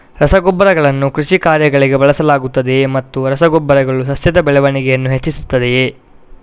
ರಸಗೊಬ್ಬರಗಳನ್ನು ಕೃಷಿ ಕಾರ್ಯಗಳಿಗೆ ಬಳಸಲಾಗುತ್ತದೆಯೇ ಮತ್ತು ರಸ ಗೊಬ್ಬರಗಳು ಸಸ್ಯಗಳ ಬೆಳವಣಿಗೆಯನ್ನು ಹೆಚ್ಚಿಸುತ್ತದೆಯೇ?